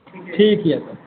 ठीक यए तब